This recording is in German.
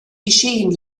geschehen